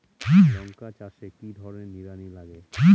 লঙ্কা চাষে কি ধরনের নিড়ানি লাগে?